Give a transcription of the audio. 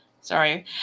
Sorry